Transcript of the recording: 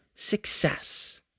Success